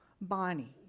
Bonnie